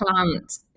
plant